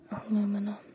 Aluminum